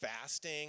fasting